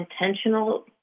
intentional